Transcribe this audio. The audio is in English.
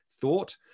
thought